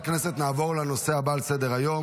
: 24 בעד, שני נוכחים.